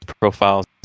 profiles